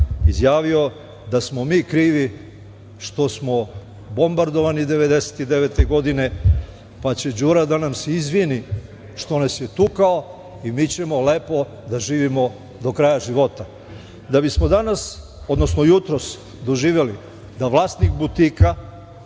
čuli da smo mi krivi što smo bombardovani 1999. godine, pa će Đura da nam se izvini što nas je tukao i mi ćemo lepo da živimo do kraja života. Onda smo jutros doživeli da vlasnik butika